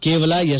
ಕೇವಲ ಎಸ್